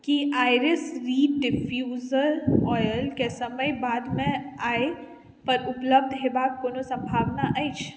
की iris reed diffuser ऑयलके समय बादमे आइ पर उपलब्ध होयबाक कोनो सम्भावना अछि